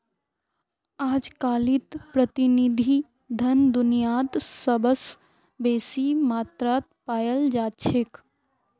अजकालित प्रतिनिधि धन दुनियात सबस बेसी मात्रात पायाल जा छेक